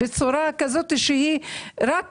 בצורה כזו שהיא רק